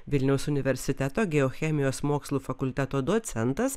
vilniaus universiteto geochemijos mokslų fakulteto docentas